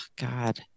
god